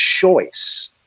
choice